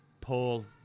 Paul